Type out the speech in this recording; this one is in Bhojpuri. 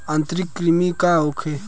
आंतरिक कृमि का होखे?